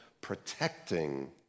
protecting